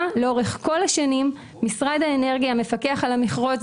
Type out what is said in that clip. לאורך כל השנים משרד האנרגיה מפקח על המכרות.